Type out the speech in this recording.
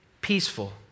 peaceful